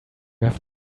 have